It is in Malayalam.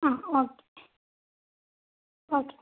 ആ ഓക്കേ ഓക്കെ